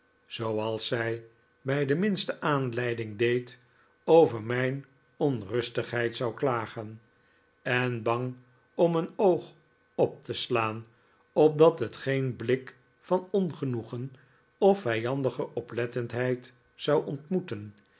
over mijn onrustigheid zou klagen en bang om een oog op te slaan opdat het geen blik van ongenoegen of vijandige oplettendheid zou ontmoeten